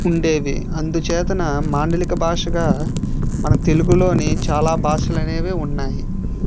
ఉండేది అందుచేతన మాండలిక భాషగా మన తెలుగులోనే చాలా భాషలు అనేవి ఉన్నాయి